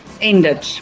ended